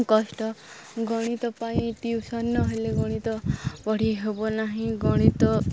କଷ୍ଟ ଗଣିତ ପାଇଁ ଟିଉସନ୍ ନ ହେଲେ ଗଣିତ ପଢ଼ି ହେବ ନାହିଁ ଗଣିତ